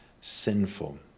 sinful